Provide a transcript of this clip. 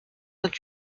vingt